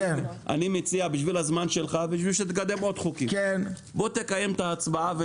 אני מציע בשביל הזמן שלך ובשביל שתקדם עוד חוקים בוא תקיים את ההצבעה,